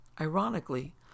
Ironically